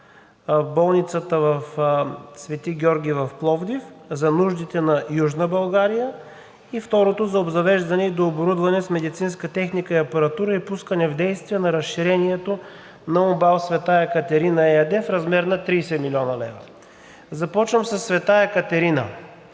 болницата „Свети Георги“ в град Пловдив – за нуждите на Южна България, и второто, за обзавеждане и дооборудване с медицинска техника и апаратура и пускане в действие на разширението на УМБАЛ „Света Екатерина“ ЕАД в размер на 30 млн. лв. Започвам със „Света Екатерина“.